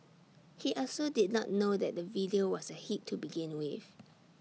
he also did not know that the video was A hit to begin with